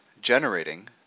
generating